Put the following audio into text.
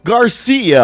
Garcia